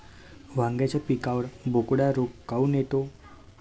वांग्याच्या पिकावर बोकड्या रोग काऊन येतो?